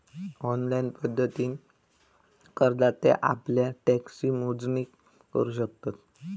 online पद्धतीन करदाते आप्ल्या टॅक्सची मोजणी करू शकतत